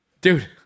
Dude